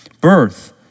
birth